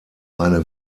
eine